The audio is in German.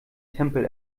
tempel